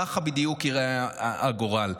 ככה בדיוק ייראה הגורל.